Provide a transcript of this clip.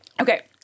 Okay